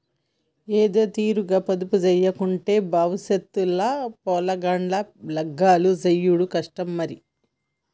ఏదోతీరుగ పొదుపుజేయకుంటే బవుసెత్ ల పొలగాండ్ల లగ్గాలు జేసుడు కష్టం మరి